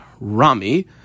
Rami